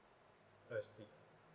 I see